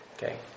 Okay